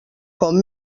com